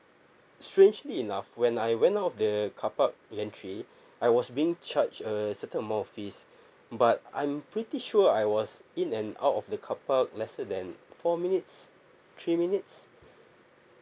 strangely enough when I went out the carpark gantry I was being charged a certain amount of fees but I'm pretty sure I was in and out of the carpark lesser than four minutes three minutes